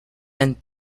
and